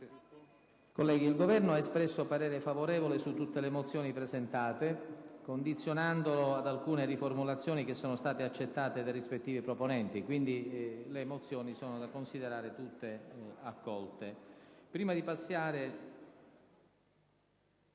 Il Governo ha espresso parere favorevole su tutte le mozioni presentate, condizionandolo ad alcune riformulazioni che sono state accettate dai rispettivi proponenti. Prima di passare alla